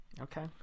Okay